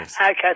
Okay